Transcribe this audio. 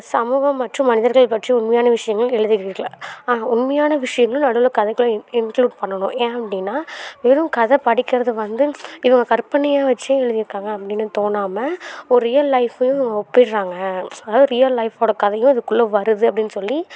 சமூகம் மற்றும் மனிதர்கள் பற்றி உண்மையான விஷயங்கள் எழுதிருக்கல ஆனால் உண்மையான விஷயங்கள் நடுவில் கதைக்குள்ள இன் இன்க்ளூட் பண்ணணும் ஏன் அப்டின்னா வெறும் கதை படிக்கிறது வந்து இது அவங்க கற்பனையை வச்சே எழுதிருக்காங்க அப்படின்னு தோணாமல் ஓ ரியல் லைஃப்பையும் ஒப்பிடுறாங்க அதாவது ஒரு ரியல் லைஃப்போட கதையும் இதுக்குள்ள வருது அப்படின்னு சொல்லி